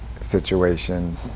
situation